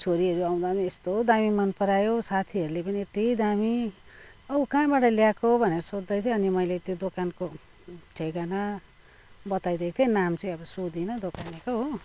छोरीहरू आउँदा पनि यस्तो दामी मनपरायो साथीहरूले पनि यत्ति दामी औ कहाँबाट ल्याएको भनेर सोध्दैथ्यो अनि मैले त्यो दोकानको ठोगाना बताइदिएको थिएँ नाम चाहिँ अब सोधिनँ दोकानेको हो